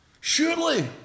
Surely